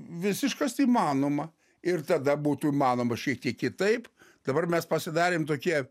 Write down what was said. visiškas įmanoma ir tada būtų įmanoma šiek tiek kitaip dabar mes pasidarėme tokie